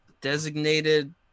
Designated